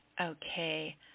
Okay